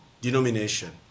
denomination